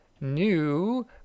new